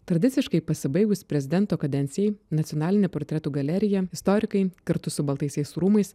tradiciškai pasibaigus prezidento kadencijai nacionalinė portretų galerija istorikai kartu su baltaisiais rūmais